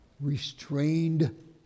restrained